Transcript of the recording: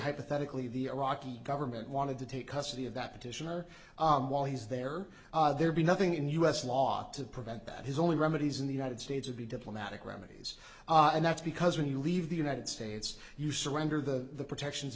hypothetically the iraqi government wanted to take custody of that petition or while he's there there be nothing in u s law to prevent that his only remedies in the united states would be diplomatic remedies and that's because when you leave the united states you surrender the protections